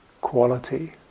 quality